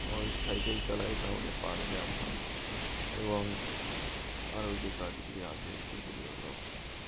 ওই সাইকেল চালাই তাহলে পায়ের ব্যায়াম হয় এবং আরও যে কাজগুলি আছে সেগুলি হলো